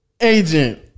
Agent